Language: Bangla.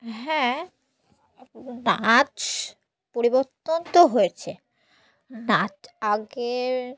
হ্যাঁ নাচ পরিবর্তন তো হয়েছে নাচ আগে